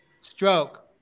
stroke